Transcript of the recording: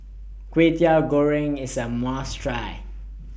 Kwetiau Goreng IS A must Try